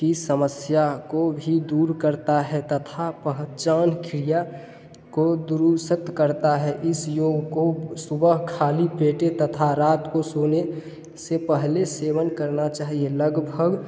की समस्या को भी दूर करता है तथा पहचान क्रिया को दुरुस्त करता है इस योग को सुबह खाली पेट तथा रात को सोने से पहले सेवन करना चाहिए लगभग